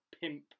pimp